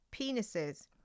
penises